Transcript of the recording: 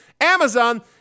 Amazon